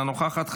אינה נוכחת.